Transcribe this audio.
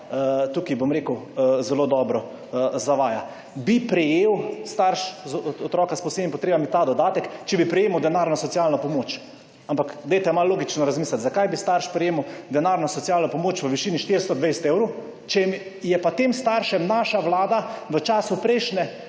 tukaj, bom rekel, zelo dobro zavaja. Bi prejel starš otroka s posebnimi potrebami ta dodatek, če bi prejemal denarno socialno pomoč, ampak dajte malo logično razmislit; zakaj bi starš prejemal denarno socialno pomoč v višini **41. TRAK: (DAG) – 13.20** (nadaljevanje) 420 evrov, če je pa tem staršem naša Vlada v času prejšnje